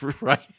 Right